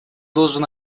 должен